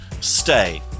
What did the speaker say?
Stay